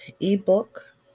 ebook